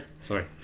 Sorry